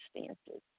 circumstances